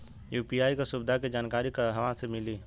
UPI के सुविधा के जानकारी कहवा से मिली?